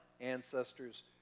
ancestors